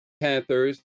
Panthers